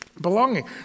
Belonging